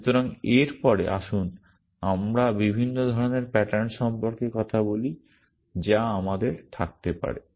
সুতরাং এর পরে আসুন আমরা বিভিন্ন ধরণের প্যাটার্ন সম্পর্কে কথা বলি যা আমাদের থাকতে পারে